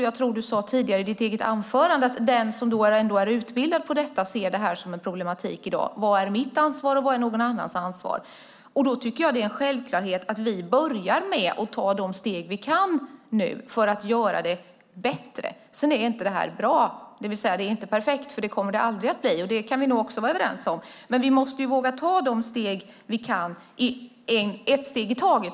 Jag tror att du sade tidigare i ditt anförande att den som är utbildad på detta ser det som en problematik i dag när det gäller vad som är mitt ansvar och vad som är någon annans ansvar. Då tycker jag att det är en självklarhet att vi nu börjar med att ta de steg vi kan för att göra det bättre. Sedan är inte det här bra, det vill säga det är inte perfekt. Det kommer det aldrig att bli. Det kan vi nog också vara överens om, men vi måste ju våga ta de steg vi kan och ta ett steg i taget.